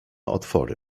otwory